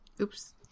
Oops